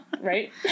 right